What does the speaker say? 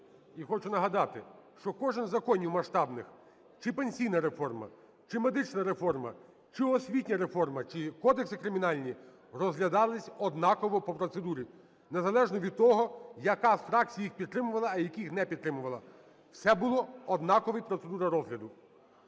Я хочу нагадати, що кожен з законів масштабних: чи пенсійна реформа, чи медична реформа, чи освітня реформа, чи кодекси кримінальні – розглядалися однаково по процедурі, незалежно від того, яка з фракцій їх підтримувала, а яка їх не підтримувала. Все було однакові процедури розгляду.